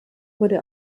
wurde